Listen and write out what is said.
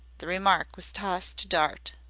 the remark was tossed to dart.